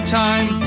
time